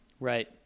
Right